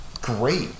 great